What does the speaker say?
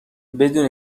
بدون